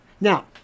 Now